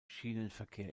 schienenverkehr